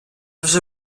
вже